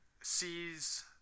sees